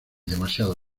demasiado